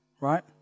right